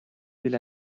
delle